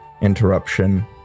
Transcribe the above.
interruption